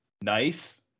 nice